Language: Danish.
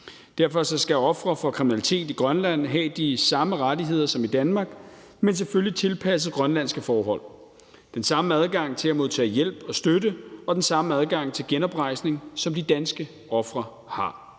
Derfor skal ofre for kriminalitet i Grønland have de samme rettigheder som ofre i Danmark, men selvfølgelig tilpasset grønlandske forhold; de skal have den samme adgang til at modtage hjælp og støtte og den samme adgang til genoprejsning, som de danske ofre har.